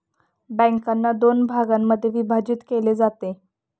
बँकांना दोन भागांमध्ये विभाजित केले जाते